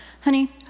Honey